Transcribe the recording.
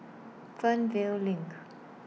Fernvale LINK